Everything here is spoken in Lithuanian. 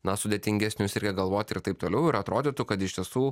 na sudėtingesnius reikia galvot ir taip toliau ir atrodytų kad iš tiesų